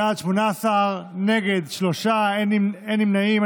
בעד, 18, נגד, שלושה, אין נמנעים.